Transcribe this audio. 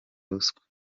ruswa